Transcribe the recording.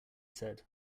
said